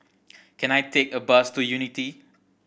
can I take a bus to Unity